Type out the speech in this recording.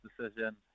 decision